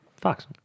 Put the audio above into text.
Fox